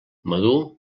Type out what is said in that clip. madur